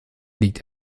liegt